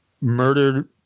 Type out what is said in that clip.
murdered